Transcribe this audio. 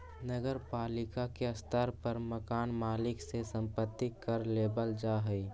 नगर पालिका के स्तर पर मकान मालिक से संपत्ति कर लेबल जा हई